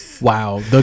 Wow